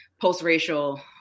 post-racial